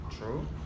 true